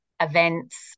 events